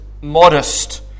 modest